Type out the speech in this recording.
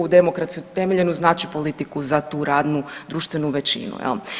Demokratski utemeljenu znači politiku za tu radnu društvenu većinu, jel.